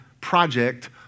Project